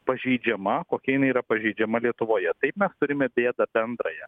pažeidžiama kokia jinai yra pažeidžiama lietuvoje taip mes turime bėdą bendrąją